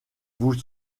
vous